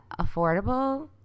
affordable